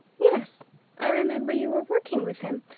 yes i remember. you were working with him,